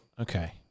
Okay